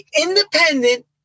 independent